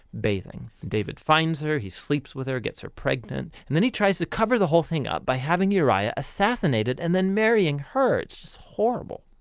bathing. david finds her, he sleeps with her, gets her pregnant and then he tries to cover the whole thing up by having uriah assassinated and then marrying her. it is just horrible.